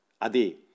Adi